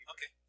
Okay